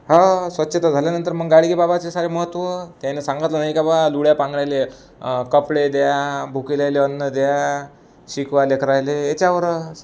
हो स्वच्छता झाल्यानंतर मग गाडगे बाबाचे सारे महत्त्व त्याने सांगितलं नाही का बाबा लुळ्या पांगळ्याला कपडे द्या भुकेल्याला अन्न द्या शिकवा लेकराला याच्यावरच